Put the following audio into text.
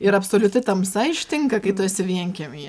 ir absoliuti tamsa ištinka kai tu esi vienkiemy